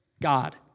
God